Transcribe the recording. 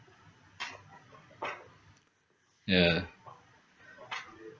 ya